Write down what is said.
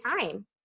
time